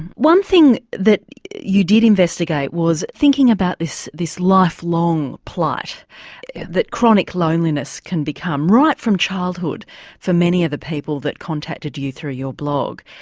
and one thing that you did investigate was thinking about this this lifelong plight that chronic loneliness can become right from childhood for many of the people who contacted you through your blog.